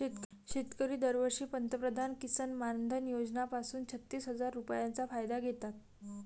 शेतकरी दरवर्षी पंतप्रधान किसन मानधन योजना पासून छत्तीस हजार रुपयांचा फायदा घेतात